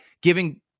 giving